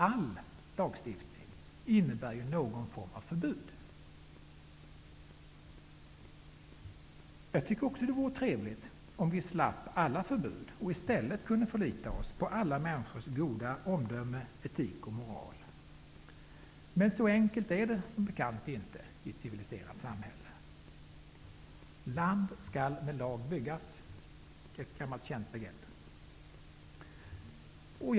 All lagstiftning innebär ju någon form av förbud. Jag tycker också att det vore trevligt om vi slapp alla förbud och i stället kunde förlita oss på alla människors goda omdöme, etik och moral. Men så enkelt är det som bekant inte i ett civiliserat samhälle. Land skall med lag byggas. Det är ett gammalt känt begrepp.